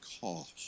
cost